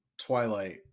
Twilight